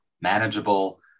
manageable